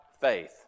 faith